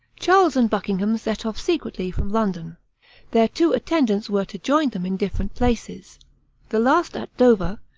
charles and buckingham set off secretly from london their two attendants were to join them in different places the last at dover,